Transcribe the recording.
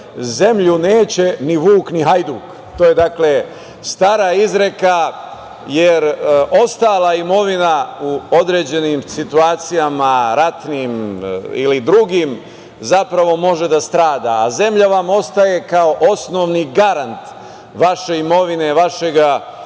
zemlju neće ni vuk, ni hajduk. To je stara izreka, jer ostala imovina u određenim situacijama, ratnim ili drugim može da strada, a zemlja vam ostaje kao osnovni garant vaše imovine, vašeg života